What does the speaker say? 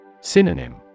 Synonym